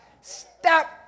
Stop